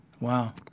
Wow